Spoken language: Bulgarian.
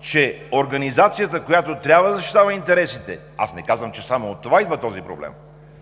че организацията, която трябва да защитава интересите – аз не казвам, че само от това идва този проблем